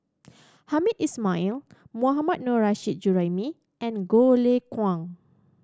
Hamed Ismail Mohammad Nurrasyid Juraimi and Goh Lay Kuan